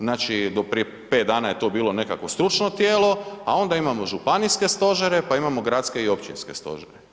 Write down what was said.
Znači do prije 5 dana je to bilo nekakvo stručno tijelo, a onda imamo županijske stožere, pa imamo gradske i općinske stožere.